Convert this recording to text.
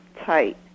tight